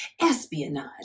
Espionage